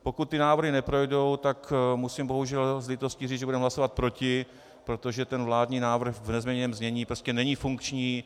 Pokud ty návrhy neprojdou, musím bohužel s lítostí říct, že budeme hlasovat proti, protože ten vládní návrh v nezměněném znění prostě není funkční.